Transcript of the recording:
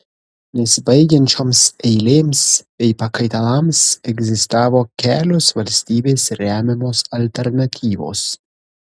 nesibaigiančioms eilėms bei pakaitalams egzistavo kelios valstybės remiamos alternatyvos